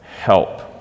help